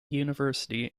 university